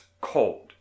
cold